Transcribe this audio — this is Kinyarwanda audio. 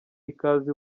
ikaze